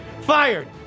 Fired